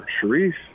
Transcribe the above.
Sharif